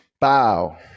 Bow